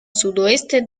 sudoeste